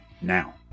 now